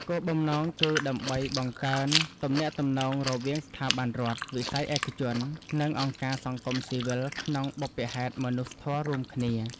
គោលបំណងគឺដើម្បីបង្កើនទំនាក់ទំនងរវាងស្ថាប័នរដ្ឋ វិស័យឯកជន និងអង្គការសង្គមស៊ីវិលក្នុងបុព្វហេតុមនុស្សធម៌រួមគ្នា។